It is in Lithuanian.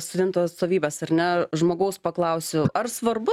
studentų atstovybės ar ne žmogaus paklausiu ar svarbu